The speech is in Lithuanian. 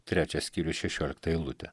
trečias skyrius šešiolikta eilutė